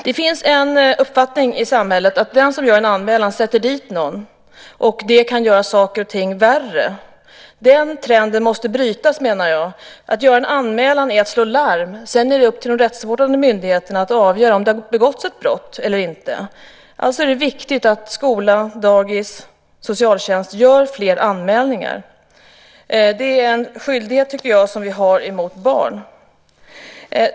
Uppfattningen finns i samhället att den som gör en anmälan sätter dit någon och att det kan göra saker och ting värre. Den trenden måste brytas, menar jag. Att göra en anmälan är att slå larm. Sedan är det upp till de rättsvårdande myndigheterna att avgöra om det har begåtts ett brott eller inte. Det är viktigt att skola, dagis och socialtjänst gör fler anmälningar. Det är en skyldighet som vi har gentemot barn.